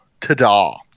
Tada